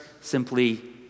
simply